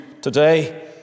today